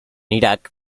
irak